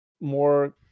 more